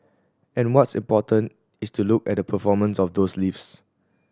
and what's important is to look at the performance of those lifts